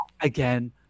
again